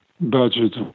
budget